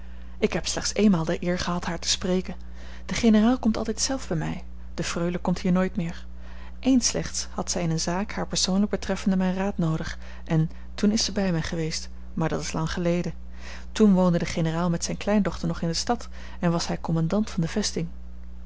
ik heb slechts eenmaal de eer gehad haar te spreken de generaal komt altijd zelf bij mij de freule komt hier nooit meer eens slechts had zij in een zaak haar persoonlijk betreffende mijn raad noodig en toen is zij bij mij geweest maar dat is lang geleden toen woonde de generaal met zijne kleindochter nog in de stad en was hij commandant van de vesting